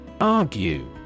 Argue